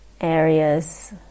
areas